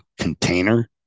container